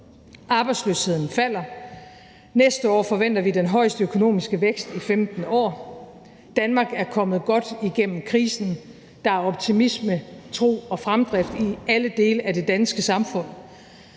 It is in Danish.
Arbejdsløsheden falder, og næste år forventer vi den højeste økonomiske vækst i 15 år. Danmark er kommet godt igennem krisen; der er optimisme, tro og fremdrift i alle dele af det danske samfund.